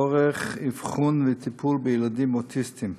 לצורך אבחון וטיפול בילדים אוטיסטים.